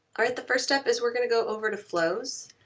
alright, the first step is we're gonna go over to flows,